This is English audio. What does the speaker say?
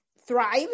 thrive